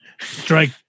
strike